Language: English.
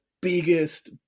biggest